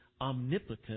omnipotent